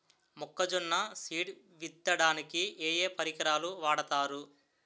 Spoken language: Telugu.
మొక్కజొన్న సీడ్ విత్తడానికి ఏ ఏ పరికరాలు వాడతారు?